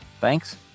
Thanks